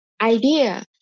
idea